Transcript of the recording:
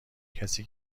کسی